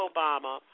Obama